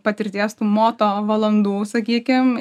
patirties tų moto valandų sakykim